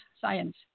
Science